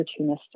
opportunistic